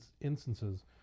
instances